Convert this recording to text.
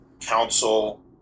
council